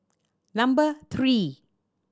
number three